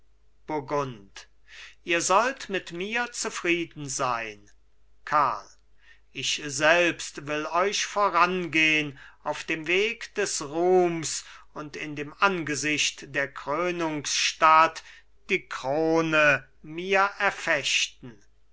ihr sollt mit mir zufrieden sein karl ich selbst will euch vorangehn auf dem weg des ruhms und in dem angesicht der krönungsstadt die krone mir erfechten